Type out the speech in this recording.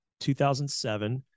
2007